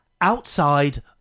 outside